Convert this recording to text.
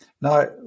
Now